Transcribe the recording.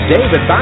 David